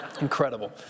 incredible